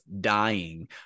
dying